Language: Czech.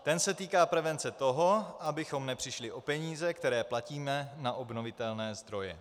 Ten se týká prevence toho, abychom nepřišli o peníze, které platíme na obnovitelné zdroje.